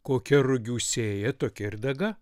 kokia rugių sėja tokia ir daga